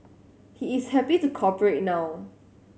he is happy to cooperate now